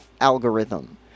algorithm